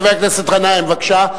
חבר הכנסת גנאים, בבקשה.